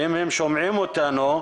ואם הם שומעים אותנו,